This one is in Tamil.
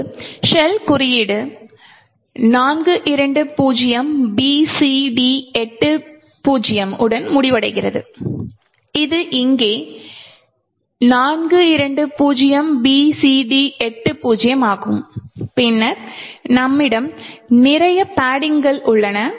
இப்போது ஷெல் குறியீடு 420BCD80 உடன் முடிவடைகிறது இது இங்கே 420BCD80 ஆகும் பின்னர் நம்மிடம் நிறைய பட்டிங் கள் உள்ளன